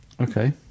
Okay